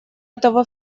этого